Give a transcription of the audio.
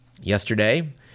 yesterday